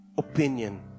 Opinion